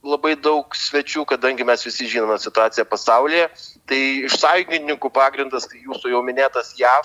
labai daug svečių kadangi mes visi žinome situaciją pasaulyje tai iš sąjungininkų pagrindas tai jūsų jau minėtas jav